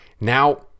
Now